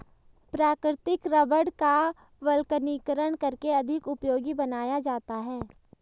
प्राकृतिक रबड़ का वल्कनीकरण करके अधिक उपयोगी बनाया जाता है